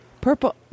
Purple